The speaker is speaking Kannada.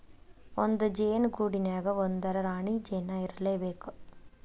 ಒಂದ ಜೇನ ಗೂಡಿನ್ಯಾಗ ಒಂದರ ರಾಣಿ ಜೇನ ಇರಲೇಬೇಕ